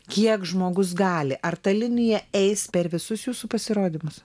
kiek žmogus gali ar ta linija eis per visus jūsų pasirodymus